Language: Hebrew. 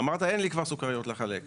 אמרת אין לי כבר סוכריות לחלק.